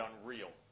unreal